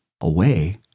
away